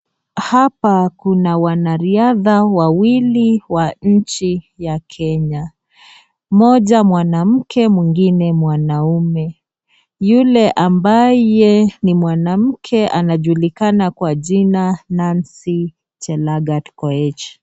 Hapa kuna wanariadha wawili wa nchi ya Kenya mmoja mwanamke mwingine mwanaume. Yule ambaye ni mwanamke anajulikana kwa jina Nancy Chelegat Koech.